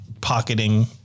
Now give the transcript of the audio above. pocketing